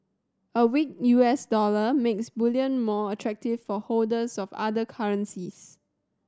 a weak U S dollar makes bullion more attractive for holders of other currencies